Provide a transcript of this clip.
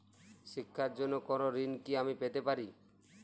শিক্ষার জন্য কোনো ঋণ কি আমি পেতে পারি?